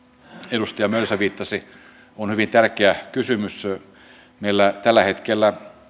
edustaja mölsä viittasi on hyvin tärkeä kysymys meillä tällä hetkellä